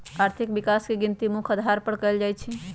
आर्थिक विकास के गिनती मुख्य अधार पर कएल जाइ छइ